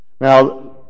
Now